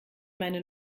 meine